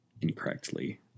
incorrectly